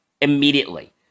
immediately